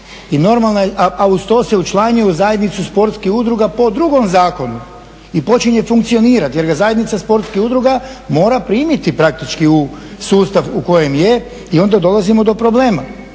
a uz to se učlanjuje u zajednicu sportskih udruga po drugom zakonu i počinje funkcionirat jer ga zajednica sportskih udruga mora primiti praktički u sustav u kojem i onda dolazimo do problema.